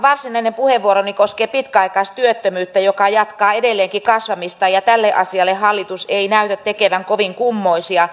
mutta varsinainen puheenvuoroni koskee pitkäaikaistyöttömyyttä joka jatkaa edelleenkin kasvamistaan ja tälle asialle hallitus ei näytä tekevän kovin kummoisia